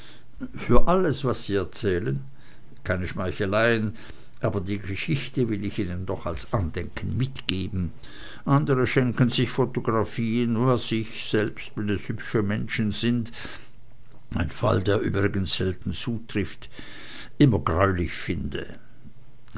für alles was sie erzählen keine schmeicheleien aber die geschichte will ich ihnen doch als andenken mitgeben andre schenken sich photographien was ich selbst wenn es hübsche menschen sind ein fall der übrigens selten zutrifft immer greulich finde